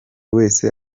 wese